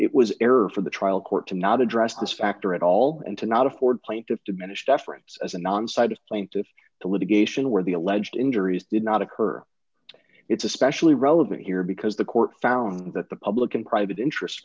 it was error for the trial court to not address this factor at all and to not afford plaintiff diminished deference as a non side plaintiffs to litigation where the alleged injuries did not occur it's especially relevant here because the court found that the public and private interest